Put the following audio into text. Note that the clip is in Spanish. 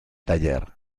taller